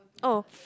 oh